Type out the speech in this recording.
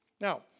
Now